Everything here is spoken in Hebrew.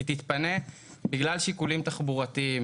היא תתפנה בגלל שיקולים תחבורתיים.